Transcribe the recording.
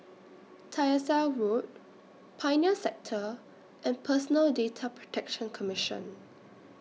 Tyersall Road Pioneer Sector and Personal Data Protection Commission